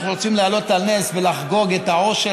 אנחנו רוצים להעלות על נס ולחגוג את העושר